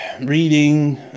reading